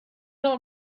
all